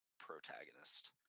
protagonist